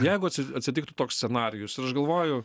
jeigu atsitiktų toks scenarijus ir aš galvoju